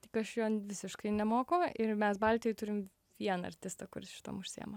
tik aš jo visiškai nemoku ir mes baltijoj turim vieną artistą kuris šitam užsiima